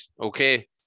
Okay